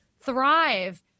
thrive